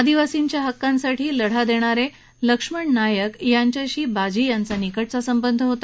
आदिवासींच्या हक्कांसाठी लढा देणारे लक्ष्मण नायक यांच्याशी बाजी यांचा निकटचा संबंध होता